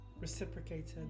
reciprocated